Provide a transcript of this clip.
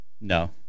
No